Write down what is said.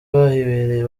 bahibereye